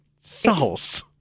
Sauce